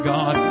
God